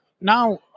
now